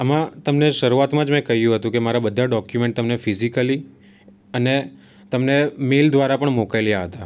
આમાં તમને શરૂઆતમાં જ મેં કહ્યુ હતું કે મારા બધા ડોક્યુમેન્ટ તમને ફીઝીકલી અને તમને મેઈલ દ્વારા પણ મોકલ્યા હતા